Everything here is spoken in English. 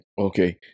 Okay